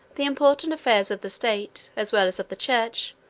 the important affairs of the state, as well as of the church,